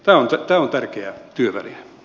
tämä on tärkeä työväline